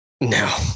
No